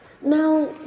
Now